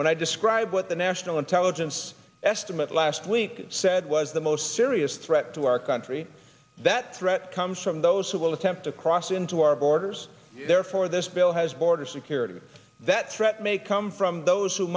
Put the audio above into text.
when i describe what the national intelligence estimate last week said was the most serious threat to our country that threat comes from those who will attempt to cross into our borders therefore this bill has border security that threat may come from those who